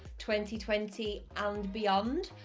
twenty twenty and beyond?